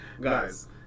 guys